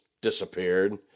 disappeared